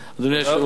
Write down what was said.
אדוני היושב-ראש,